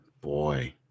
boy